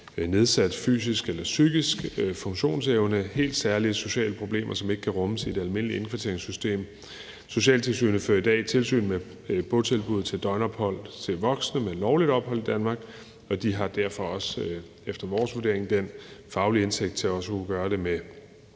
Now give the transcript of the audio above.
nedsat fysisk eller psykisk funktionsevne og helt særlige sociale problemer, som ikke kan rummes i det almindelige indkvarteringssystem. Socialtilsynet fører i dag tilsyn med botilbud til døgnophold til voksne med lovligt ophold i Danmark, og de har derfor efter vores vurdering den faglige indsigt til også at kunne gøre det med